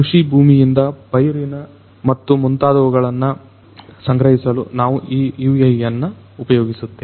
ಕೃಷಿ ಭೂಮಿಯಿಂದ ಪೈರಿನ ಮತ್ತು ಮುಂತಾದವುಗಳನ್ನು ಸಂಗ್ರಹಿಸಲು ನಾವು ಈ UAV ಯನ್ನು ಉಪಯೋಗಿಸುತ್ತೇವೆ